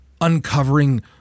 uncovering